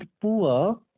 poor